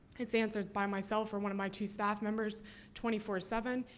it's answered by myself or one of my two staff members twenty four seven,